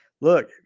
look